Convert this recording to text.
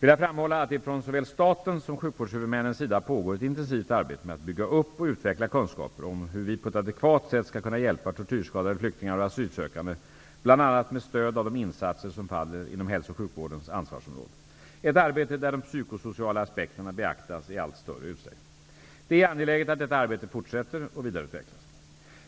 vill jag framhålla att det från såväl statens som sjukvårdshuvudmännens sida pågår ett intensivt arbete med att bygga upp och utveckla kunskaper om hur vi på ett adekvat sätt skall kunna hjälpa tortyrskadade flyktingar och asylsökande, bl.a. med stöd av de insatser som faller inom hälso och sjukvårdens ansvarsområde -- ett arbete där de psykosociala aspekterna beaktas i allt större utsträckning. Det är angeläget att detta arbete fortsätter och vidareutvecklas.